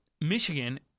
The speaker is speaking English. Michigan